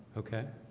okay,